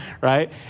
right